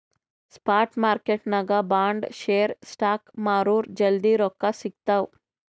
spot ಮಾರ್ಕೆಟ್ನಾಗ್ bond, share, stocks ಮಾರುರ್ ಜಲ್ದಿ ರೊಕ್ಕಾ ಸಿಗ್ತಾವ್